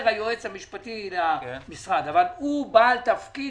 היועץ המשפטי למשרד אבל הוא בעל תפקיד